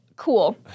Cool